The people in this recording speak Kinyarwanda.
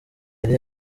yari